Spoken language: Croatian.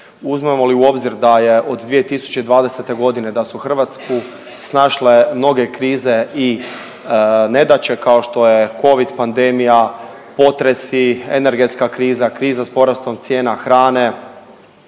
Uzmemo li u obzir da je od 2020. godine, da su Hrvatsku snašle mnoge krize i nedaće kao što je covid, pandemija, potresi, energetska kriza, kriza sa porastom cijena hrane